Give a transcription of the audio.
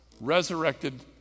resurrected